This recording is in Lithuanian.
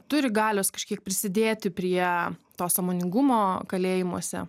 turi galios kažkiek prisidėti prie to sąmoningumo kalėjimuose